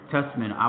Testament